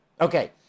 Okay